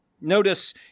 Notice